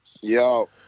Yo